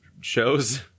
shows